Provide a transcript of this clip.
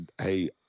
Hey